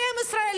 כי הם ישראלים.